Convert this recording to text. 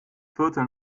viertel